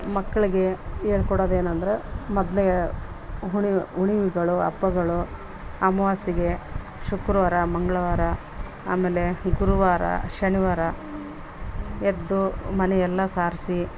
ಮಕ್ಕಳಿಗೆ ಹೇಳ್ಕೊಡೋದು ಏನಂದ್ರೆ ಮೊದ್ಲು ಹುಣಿವೆ ಹುಣಿವೆಗಳು ಅಪ್ಪಗಳು ಅಮ್ವಾಸೆ ಶುಕ್ರವಾರ ಮಂಗಳವಾರ ಆಮೇಲೆ ಗುರುವಾರ ಶನಿವಾರ ಎದ್ದು ಮನೆಯಲ್ಲಾ ಸಾರಿಸಿ